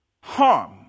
harm